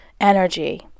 energy